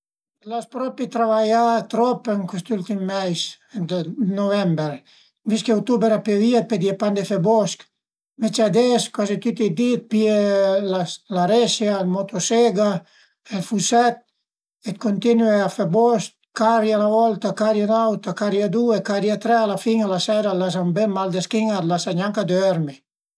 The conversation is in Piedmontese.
L'as propi travaià trop ën cust ültim meis nuvember, vist ch'a utuber a piövìa, pödìe pa andé fe bosch, ënvece ades cuazi tüti i di pìe la resia, ël motosega, ël fusèt e cuntinue a fe bosch, caria 'na volta, caria ün'auta, caria due, caria tre, a la fin a la seira l'as ën bel mal dë schin-a, a t'lasa gnanca dörmi